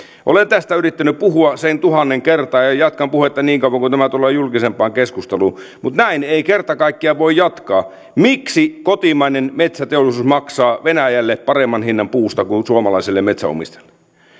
olen tästä yrittänyt puhua sen tuhannen kertaa ja jatkan puhetta niin kauan kuin tämä tulee julkisempaan keskusteluun mutta näin ei kerta kaikkiaan voi jatkaa miksi kotimainen metsäteollisuus maksaa venäjälle paremman hinnan puusta kuin suomalaiselle metsänomistajalle